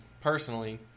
personally